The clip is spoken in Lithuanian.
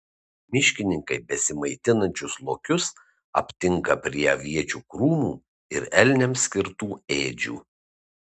miškininkai besimaitinančius lokius aptinka prie aviečių krūmų ir elniams skirtų ėdžių